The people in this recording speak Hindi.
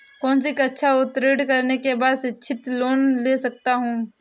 कौनसी कक्षा उत्तीर्ण करने के बाद शिक्षित लोंन ले सकता हूं?